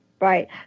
right